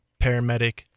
Paramedic